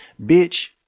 bitch